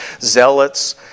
Zealots